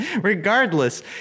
Regardless